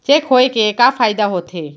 Cheque होए के का फाइदा होथे?